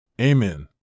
Amen